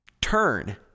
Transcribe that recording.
Turn